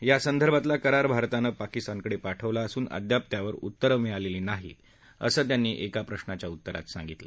या संदर्भातला करार भारतानं पाकिस्तानकडे पाठवला असून अद्याप त्यावर उत्तर मिळलेलं नाही असं त्यांनी एका प्रशाच्या उत्तरात सांगितलं